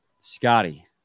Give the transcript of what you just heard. Scotty